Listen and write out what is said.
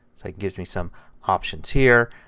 like gives me some options here.